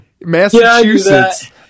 Massachusetts